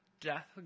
death